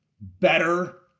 better